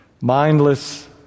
mindless